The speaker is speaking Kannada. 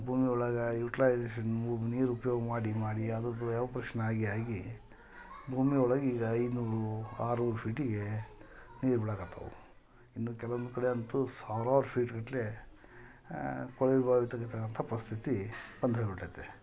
ಭೂಮಿ ಒಳಗೆ ಯುಟ್ಲೈಸೇಷನ್ ಮೂ ನೀರು ಉಪ್ಯೋಗ ಮಾಡಿ ಮಾಡಿ ಅದ್ರದ್ದು ಎವಾಪರೇಶನ್ ಆಗಿ ಆಗಿ ಭೂಮಿ ಒಳಗೆ ಈಗ ಐನೂರು ಆರುನೂರು ಫೀಟಿಗೆ ನೀರು ಬಿಡಕತ್ತಾವೆ ಇನ್ನು ಕೆಲ್ವೊಂದು ಕಡೆ ಅಂತು ಸಾವಿರಾರು ಫೀಟ್ಗಟ್ಟಲೆ ಕೊಳವೆ ಬಾವಿ ತೆಗಿತಾರಂತ ಪರಿಸ್ಥಿತಿ ಬಂದೇ ಬಿಟೈತೆ